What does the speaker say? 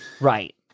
Right